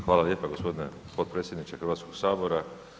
Hvala lijepo gospodine potpredsjedniče Hrvatskog sabora.